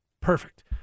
Perfect